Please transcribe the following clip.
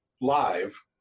live